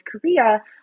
Korea